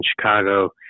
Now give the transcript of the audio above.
Chicago